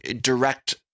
direct